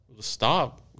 Stop